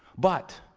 but,